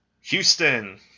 Houston